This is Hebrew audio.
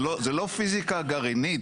זה לא פיזיקה גרעינית,